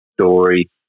story